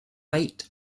late